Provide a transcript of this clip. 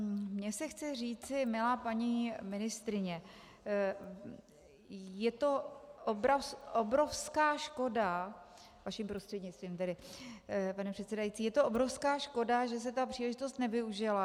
Mně se chce říci: Milá paní ministryně, je to obrovská škoda vaším prostřednictvím tedy, pane předsedající je to obrovská škoda, že se ta příležitost nevyužila.